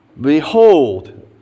Behold